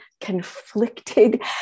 conflicted